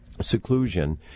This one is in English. seclusion